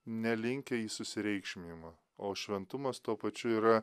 nelinkę į susireikšminimą o šventumas tuo pačiu yra